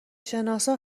شناسا